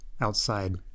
outside